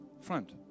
Front